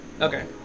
Okay